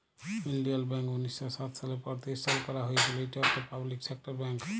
ইলডিয়াল ব্যাংক উনিশ শ সাত সালে পরতিষ্ঠাল ক্যারা হঁইয়েছিল, ইট ইকট পাবলিক সেক্টর ব্যাংক